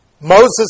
Moses